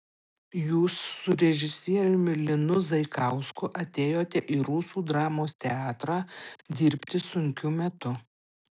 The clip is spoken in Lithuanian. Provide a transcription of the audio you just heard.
jūs su režisieriumi linu zaikausku atėjote į rusų dramos teatrą dirbti sunkiu metu